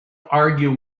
argue